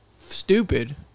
stupid